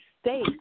state